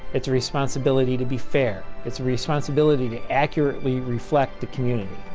it's a responsibility to be fair, its responsibility to accurately reflect the community.